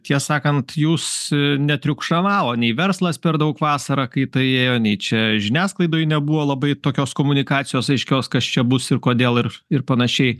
tiesą sakant jūs netriukšavavo nei verslas per daug vasarą kai tai ėjo nei čia žiniasklaidoj nebuvo labai tokios komunikacijos aiškios kas čia bus ir kodėl ir ir panašiai